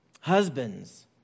Husbands